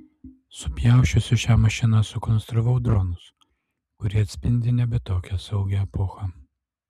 supjausčiusi šią mašiną sukonstravau dronus kurie atspindi nebe tokią saugią epochą